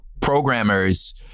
programmers